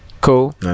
Cool